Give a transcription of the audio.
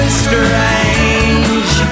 strange